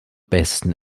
besten